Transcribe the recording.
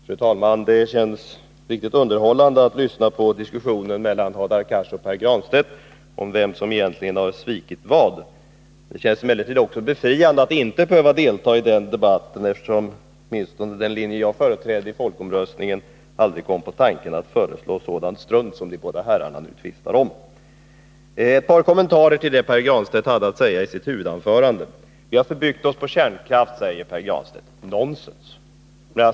Fru talman! Det känns riktigt underhållande att lyssna på diskussionen mellan Hadar Cars och Pär Granstedt om vem som egentligen har svikit vad. Det känns emellertid också befriande att inte behöva delta i den debatten, eftersom åtminstone den linje jag företrädde i folkomröstningen aldrig kom på tanken att föreslå sådant strunt som de båda herrarna nu tvistar om. Jag vill göra ett par kommentarer till det Pär Granstedt hade att säga i sitt huvudanförande. Vi har förbyggt oss på kärnkraft, säger Pär Granstedt. Nonsens.